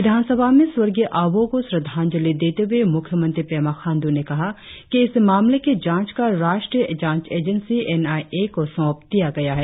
विधानसभा में स्वर्गीय अबोह को श्रद्धांजलि देते हुए मुख्यमंत्री पेमा खाण्डू ने कहा कि इस मामले के जांच का राष्ट्रीय जांच एजेंसी एन आइ ए को सौंप दिया गया है